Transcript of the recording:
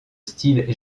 style